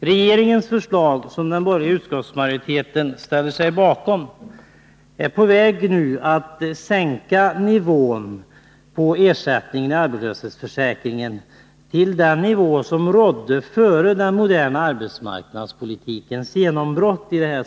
Regeringens förslag, som den borgerliga utskottsmajoriteten ställer sig bakom, är nu på väg att sänka nivån på ersättning från arbetslöshetsförsäkringen till den nivå som rådde före den moderna arbetsmarknadspolitikens genombrott.